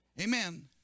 Amen